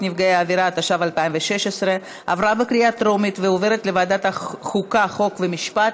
ההצעה להעביר לוועדת החוקה, חוק ומשפט